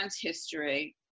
history